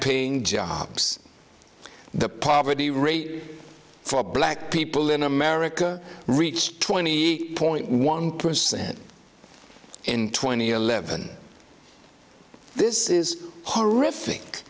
paying jobs the poverty rate for black people in america reached twenty eight point one percent in twenty eleven this is horrific